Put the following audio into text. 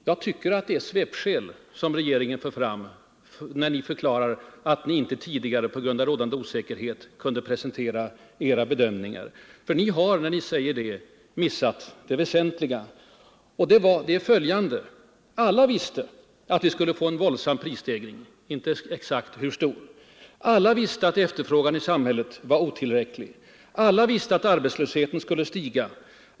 Jag tycker att det är svepskäl som regeringen för fram när ni förklarar att ni inte tidigare på grund av rådande osäkerhet kunde presentera era bedömningar, för ni har när ni säger det missat det väsentliga, och det är följande: Alla visste att vi skulle få en våldsam prisstegring, men inte exakt hur stor. Alla visste att efterfrågan i samhället var otillräcklig. Alla visste att arbetslösheten skulle öka.